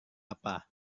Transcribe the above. apa